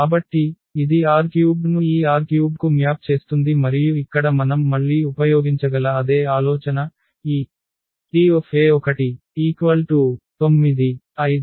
కాబట్టి ఇది R³ ను ఈ R³ కు మ్యాప్ చేస్తుంది మరియు ఇక్కడ మనం మళ్ళీ ఉపయోగించగల అదే ఆలోచన ఈ Te19555